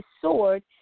sword